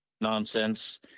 nonsense